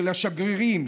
של השגרירים,